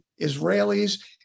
Israelis